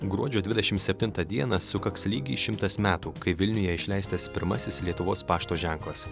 gruodžio dvidešimt septintą dieną sukaks lygiai šimtas metų kai vilniuje išleistas pirmasis lietuvos pašto ženklas